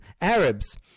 Arabs